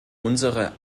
unsere